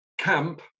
Camp